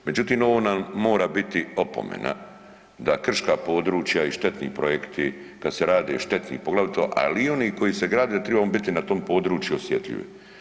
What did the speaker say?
Međutim, ovo nam mora biti opomena da krška područja i štetni projekti, kad se rade štetni, poglavito, ali i oni koji se grade da tribamo biti na tome području osjetljivi.